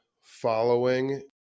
following